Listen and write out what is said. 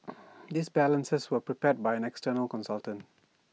these balances were prepared by an external consultant